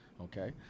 Okay